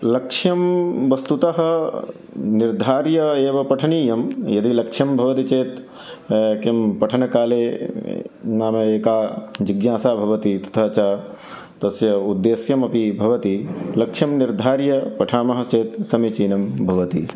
लक्षं वस्तुतः निर्धार्य एव पठनीयं यदि लक्षं भवति चेत् किं पठनकाले नाम एका जिज्ञासा भवति तथा च तस्य उद्देश्यमपि भवति लक्ष्यं निर्धार्य पठामः चेत् समीचीनं भवति